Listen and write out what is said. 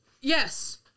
Yes